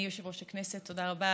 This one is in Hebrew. אדוני יושב-ראש הכנסת, תודה רבה.